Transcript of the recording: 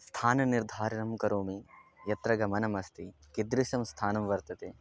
स्थाननिर्धारणं करोमि यत्र गमनमस्ति कीदृशं स्थानं वर्तते